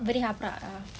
very haprak ah